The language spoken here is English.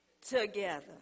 together